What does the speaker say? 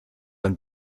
ein